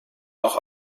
auch